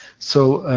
so,